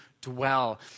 dwell